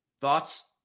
Thoughts